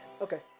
Okay